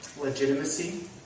legitimacy